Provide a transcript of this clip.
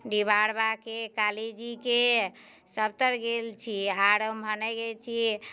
डिहबार बाके काली जीके सभतरि गेल छियै आओर उमहर नहि गेल छियै